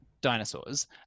dinosaurs